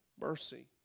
mercy